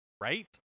Right